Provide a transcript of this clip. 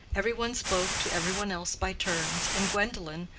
every one spoke to every one else by turns, and gwendolen,